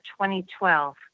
2012